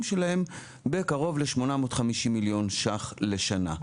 שלהם בקרוב ל-850 מיליון שקלים לשנה.